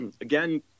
again